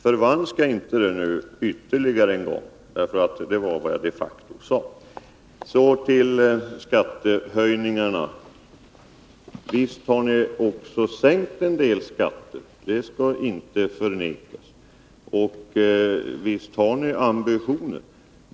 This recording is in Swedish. Förvanska inte detta ytterligare en gång! Det var vad jag de facto sade. Så till skattehöjningarna. Visst har ni också sänkt en del skatter. Det skall inte förnekas. Och visst har ni ambitioner.